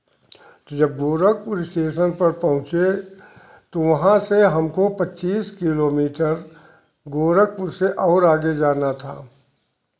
तो जब गोरखपुर स्टेशन पर पहुँचे वहाँ से हमको पच्चीस किलो मीटर गोरखपुर से और आगे जाना था